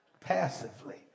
passively